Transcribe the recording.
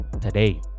today